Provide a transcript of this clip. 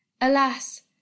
alas